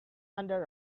under